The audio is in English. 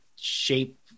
shape